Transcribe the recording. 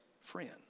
friend